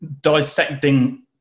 dissecting